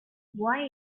why